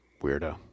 weirdo